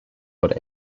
but